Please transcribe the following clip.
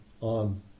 on